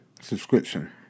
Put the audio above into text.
subscription